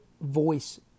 voice